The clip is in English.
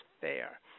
fair